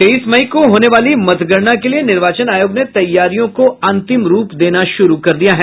तेईस मई को होने वाली मतगणना के लिये निर्वाचन आयोग ने तैयारियों को अंतिम रूप देना शुरू कर दिया है